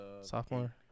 Sophomore